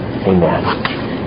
Amen